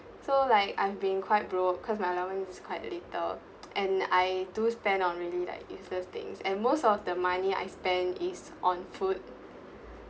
so like I'm being quite broke because my allowance is quiet later and I do spend on really like useless things and most of the money I spend is on food